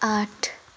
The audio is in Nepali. आठ